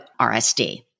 RSD